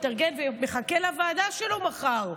מתארגן ומחכה לוועדה שלו מחר.